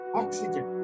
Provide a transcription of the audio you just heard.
oxygen